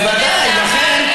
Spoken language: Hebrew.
לכן,